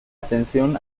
atención